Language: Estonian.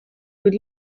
kuid